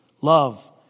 love